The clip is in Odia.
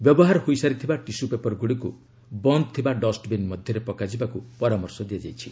ବ୍ୟବହାର ହୋଇସାରିଥିବା ଟିସୁପେପର ଗୁଡ଼ିକୁ ବନ୍ଦ ଥିବା ଡଷ୍ଟବିନ୍ ମଧ୍ୟରେ ପକାଯିବାକୁ ପରାମର୍ଶ ଦିଆଯାଇଛି